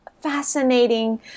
fascinating